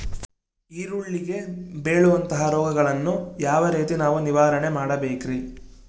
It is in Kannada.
ಈರುಳ್ಳಿಗೆ ಬೇಳುವಂತಹ ರೋಗಗಳನ್ನು ಯಾವ ರೇತಿ ನಾವು ನಿವಾರಣೆ ಮಾಡಬೇಕ್ರಿ?